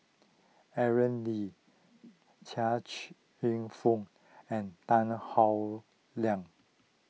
Aaron Lee Chia Cheong Fook and Tan Howe Liang